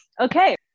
Okay